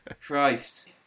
Christ